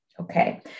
Okay